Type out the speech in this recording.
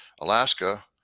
alaska